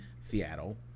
Seattle